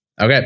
Okay